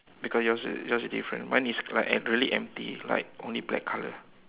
because yours is yours is different mine is like emp~ really empty like only black color